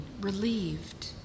relieved